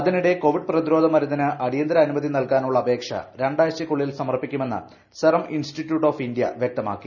അതിനിടെ കോവിഡ് പ്രതിരോധ മരുന്നിന് അടിയന്തര അനുമതി നൽകാനുള്ള അപേക്ഷ രണ്ടാഴ്ചയ്ക്കുള്ളിൽ സമർപ്പിക്കുമെന്ന് സെറം ഇന്സ്റ്റിറ്റിയൂട്ട് ഓഫ് ഇന്ത്യ വ്യക്തമാക്കി